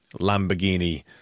lamborghini